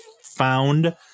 found